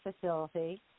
facility